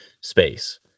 space